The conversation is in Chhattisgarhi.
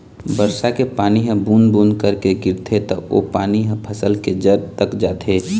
बरसा के पानी ह बूंद बूंद करके गिरथे त ओ पानी ह फसल के जर तक जाथे